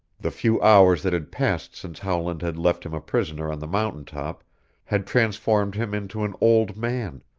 the few hours that had passed since howland had left him a prisoner on the mountain top had transformed him into an old man.